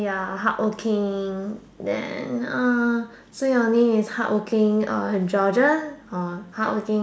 you're hardworking then uh so your name is hardworking uh Georgia or hardworking